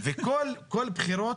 כל בחירות